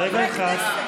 אנחנו חברי כנסת.